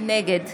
נגד